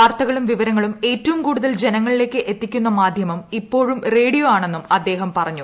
വാർത്തകളും വിവരങ്ങളും ഏറ്റവും കൂടുതൽ ജനങ്ങളിലേക്ക് എത്തിക്കുന്ന മാധ്യമം ഇപ്പോഴും റേഡിയോ ആണെന്നും അദ്ദേഹം പറഞ്ഞു